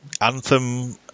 Anthem